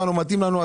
מתאים לנו,